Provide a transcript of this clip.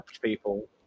people